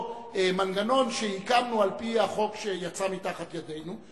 מנגנון שהקמנו על-פי החוק שיצא מתחת ידינו,